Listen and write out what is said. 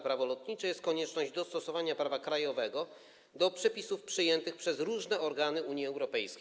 Prawo lotnicze jest konieczność dostosowania prawa krajowego do przepisów przyjętych przez różne organy Unii Europejskiej.